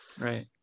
Right